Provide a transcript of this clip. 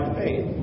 faith